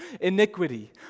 iniquity